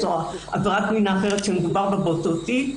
או עבירת המין האחרת שמדובר בה באותו תיק,